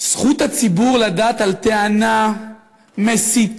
זכות הציבור לדעת על טענה מסיתה,